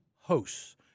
hosts